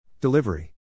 Delivery